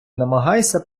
намагайся